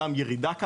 גם ירידה קלה.